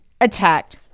attacked